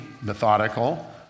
methodical